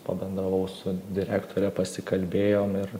pabendravau su direktore pasikalbėjom ir